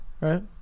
right